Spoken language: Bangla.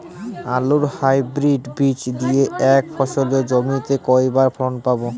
আলুর হাইব্রিড বীজ দিয়ে এক ফসলী জমিতে কয়বার ফলন পাব?